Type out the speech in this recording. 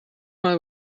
mal